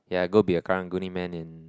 yea go be an Karang-Guni man in